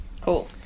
Cool